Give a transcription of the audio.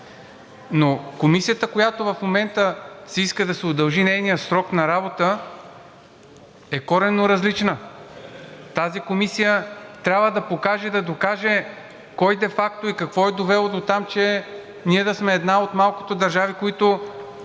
Комисията, на която в момента се иска да се удължи нейният срок на работа, е коренно различна. Тази комисия трябва да покаже, да докаже кой де факто и какво е довело до там, че ние да сме една от малкото държави, които